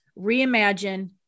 reimagine